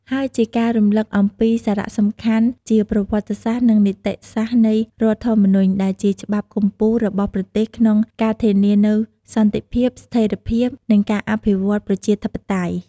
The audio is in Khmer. ហើយជាការរំលឹកអំពីសារៈសំខាន់ជាប្រវត្តិសាស្ត្រ និងនីតិសាស្ត្រនៃរដ្ឋធម្មនុញ្ញ ដែលជាច្បាប់កំពូលរបស់ប្រទេសក្នុងការធានានូវសន្តិភាព ស្ថេរភាព និងការអភិវឌ្ឍប្រជាធិបតេយ្យ។